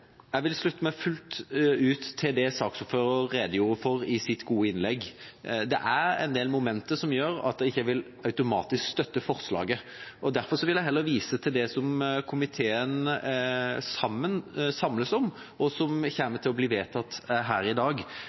jeg vil slutte meg fullt ut til det som saksordføreren redegjorde for i sitt gode innlegg. Det er en del momenter som gjør at jeg ikke automatisk vil støtte forslaget, og derfor vil jeg heller vise til det arbeidet som er i gang, og vise til det som komiteen samles om, og som kommer til å bli vedtatt her i dag,